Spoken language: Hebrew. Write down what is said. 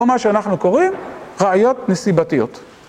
מה שאנחנו קוראים ראיות נסיבתיות.